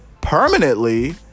permanently